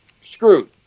screwed